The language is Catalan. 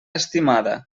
estimada